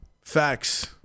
Facts